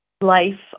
life